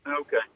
okay